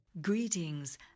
Greetings